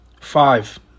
five